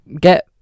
get